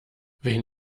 wen